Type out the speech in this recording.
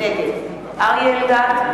נגד אריה אלדד,